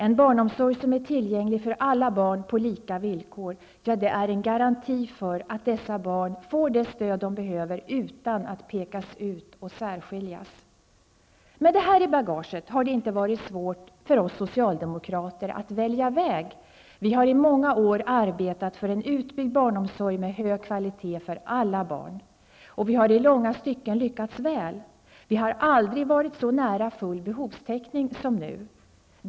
En barnomsorg som är tillgänglig för alla barn på lika villkor är en garanti för att dessa barn får det stöd de behöver utan att pekas ut och särskiljas. Med det här i bagaget har det inte varit svårt för oss socialdemokrater att välja väg. Vi har i många år arbetat för en utbyggd barnomsorg med hög kvalitet för alla barn, och vi har i långa stycken lyckats väl. Vi har aldrig varit så nära full behovstäckning som nu.